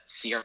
CR